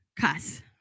cuss